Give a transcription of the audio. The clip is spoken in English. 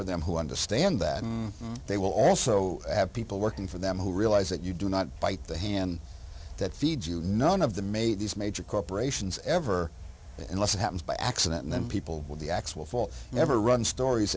for them who understand that they will also have people working for them who realize that you do not bite the hand that feeds you and none of the made these major corporations ever unless it happens by accident and then people with the axe will fall ever run stories